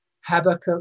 Habakkuk